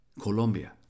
Colombia